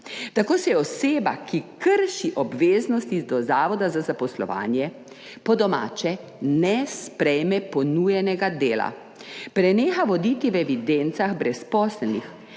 Tako se oseba, ki krši obveznosti do Zavoda za zaposlovanje, po domače – ne sprejme ponujenega dela, preneha voditi v evidencah brezposelnih,